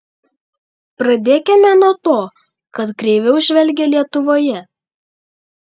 pradėkime nuo to kad kreiviau žvelgia lietuvoje